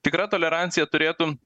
tikra tolerancija turėtų